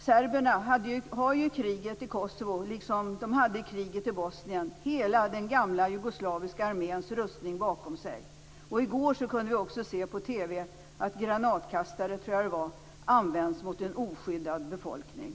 Serbien har i kriget i Kosovo, liksom de hade i kriget i Bosnien, hela den gamla jugoslaviska arméns utrustning bakom sig. I går kunde vi se på TV att granatkastare användes mot en oskyddad befolkning.